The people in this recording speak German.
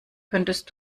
könntest